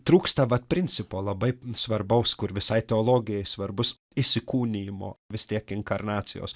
trūksta vat principo labai svarbaus kur visai teologijai svarbus įsikūnijimo vis tiek inkarnacijos